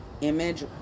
image